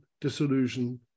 disillusion